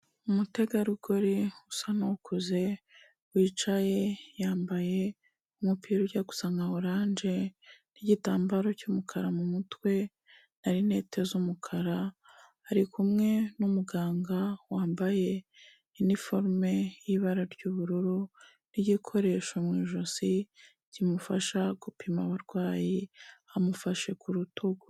Umutegarugori usa n'ukuze wicaye yambaye umupira ujya gu gusa oranje n'igitambaro cy'umukara mu mutwe na rinete z'umukara, ari kumwe n'umuganga wambaye iniforume y'ibara ry'ubururu n'igikoresho mu ijosi, kimufasha gupima abarwayi amufashe ku rutugu.